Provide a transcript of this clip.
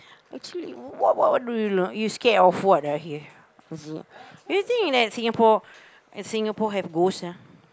actually what what what do you do not you scared of what ah here you think that Singapore Singapore have ghost ah